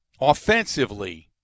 offensively